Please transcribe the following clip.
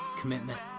commitment